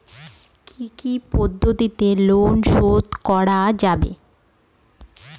কি কি পদ্ধতিতে লোন শোধ করা যাবে?